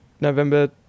November